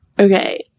Okay